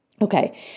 Okay